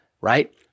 right